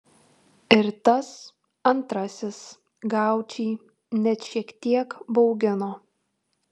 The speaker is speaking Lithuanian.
ir tas antrasis gaučį net šiek tiek baugino